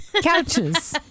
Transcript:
couches